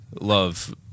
love